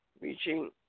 reaching